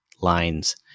lines